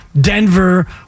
Denver